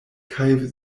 kaj